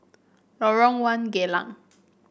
Lorong One Geylang